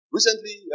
Recently